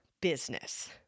business